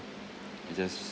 it just